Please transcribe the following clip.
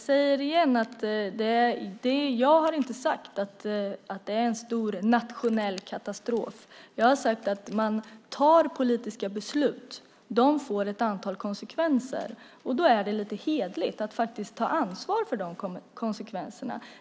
Herr talman! Jag säger det igen: Jag har inte sagt att det är en stor nationell katastrof. Jag har sagt att man tar politiska beslut och att de får ett antal konsekvenser. Då är det lite hederligt att faktiskt ta ansvar för de konsekvenserna.